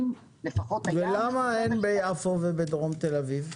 למה אין ביפו ובדרום תל אביב.